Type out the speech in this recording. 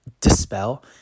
dispel